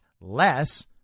less